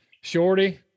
Shorty